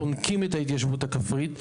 חונקים את ההתיישבות הכפרית.